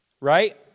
right